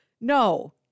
no